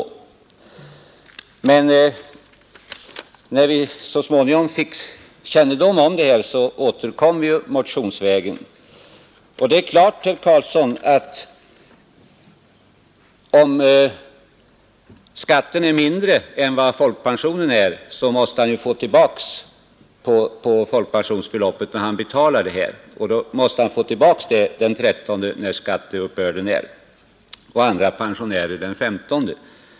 Men när vi så småningom fick kännedom om detta, återkom vi ju motionsvägen. Det är klart, herr Carlsson, att om skatten är mindre än folkpensionen, måste vederbörande få tillbaka av folkpensionsbeloppet den 13, när skatteuppbörden äger rum, medan andra pensionärer får sina pengar den 15.